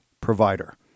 provider